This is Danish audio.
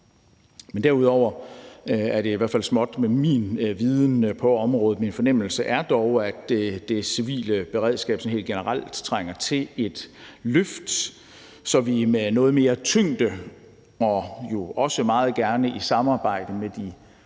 Men derudover er det i hvert fald småt med min viden på området. Min fornemmelse er dog, at det civile beredskab sådan helt generelt trænger til et løft, så vi med noget mere tyngde og jo også meget gerne i samarbejde med de